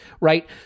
right